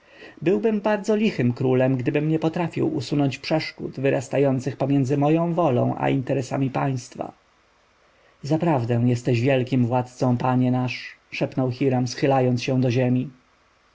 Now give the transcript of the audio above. byłbym bardzo lichym królem gdybym nie potrafił usunąć przeszkód wyrastających pomiędzy moją wolą a interesami państwa zaprawdę jesteś wielkim władcą panie nasz szepnął hiram schylając się do ziemi